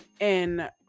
and-